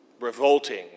revolting